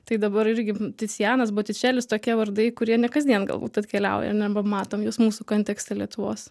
tai dabar irgi ticianas botičelis tokie vardai kurie ne kasdien galbūt atkeliauja ne matom juos mūsų kontekste lietuvos